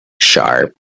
sharp